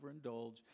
overindulge